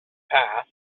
path